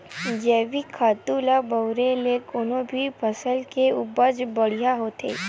जइविक खातू ल बउरे ले कोनो भी फसल के उपज ह बड़िहा होथे